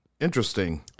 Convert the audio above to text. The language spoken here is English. Interesting